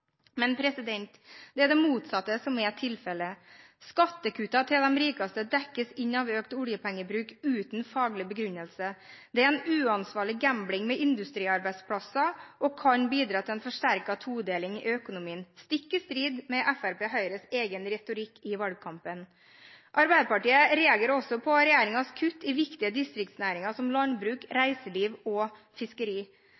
Men det er det motsatte som er tilfellet. Skattekuttene til de rikeste dekkes inn av økt oljepengebruk uten faglig begrunnelse. Det er en uansvarlig gambling med industriarbeidsplasser og kan bidra til en forsterket todeling i økonomien – stikk i strid med Fremskrittspartiet og Høyres egen retorikk i valgkampen. Arbeiderpartiet reagerer også på regjeringens kutt i viktige distriktsnæringer som landbruk,